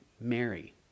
Mary